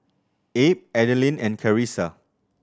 Abe Adalyn and Carissa